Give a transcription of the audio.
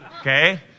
Okay